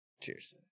Cheers